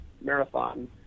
marathon